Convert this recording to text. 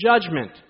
judgment